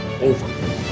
over